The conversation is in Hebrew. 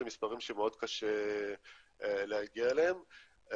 אלה מספרים שמאוד קשה להגיע אליהם.